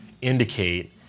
indicate